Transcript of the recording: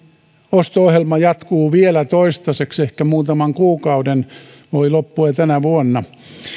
osto ohjelma jatkuu vielä toistaiseksi ehkä muutaman kuukauden se voi loppua jo tänä vuonna